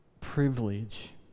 privilege